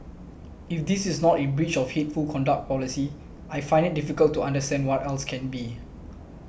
if this is not in breach of hateful conduct policy I find it difficult to understand what else can be